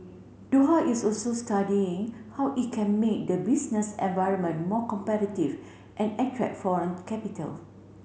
Doha is also studying how it can make the business environment more competitive and attract foreign capital